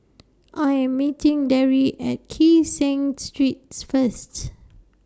I Am meeting Darry At Kee Seng Streets First